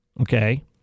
okay